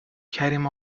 کریم